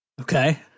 Okay